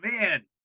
man